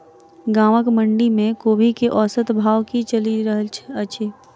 गाँवक मंडी मे कोबी केँ औसत भाव की चलि रहल अछि?